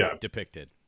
depicted